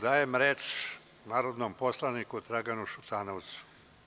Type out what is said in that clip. Dajem reč narodnom poslaniku Draganu Šutanovcu.